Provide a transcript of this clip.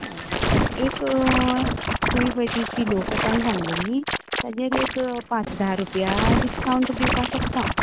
हय तुमी ती पळय किलो कोंतान सांगल्या नी ताचेर एक पांच धा रुपया डिस्काउंट दिवपाक शकता हांव